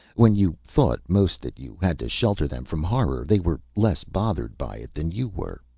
when you thought most that you had to shelter them from horror, they were less bothered by it than you were.